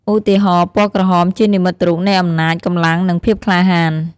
ឧទាហរណ៍ ពណ៌ក្រហម ជានិមិត្តរូបនៃអំណាច កម្លាំង និងភាពក្លាហាន។